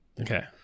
Okay